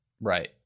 right